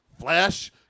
flash